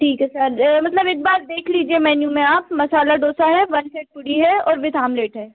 ठीक है सर मतलब एक बार देख लीजिए मैनू में आप मसाला डोसा है वन सेट पूड़ी है और विथ आमलेट है